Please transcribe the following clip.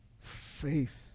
Faith